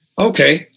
okay